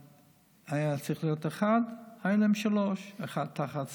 שהיה צריך להיות להם MRI אחד, היו שלושה: אחד תחת